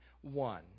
One